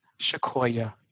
Shakoya